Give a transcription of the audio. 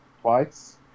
twice